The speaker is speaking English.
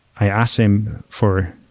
i asked him for,